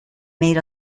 made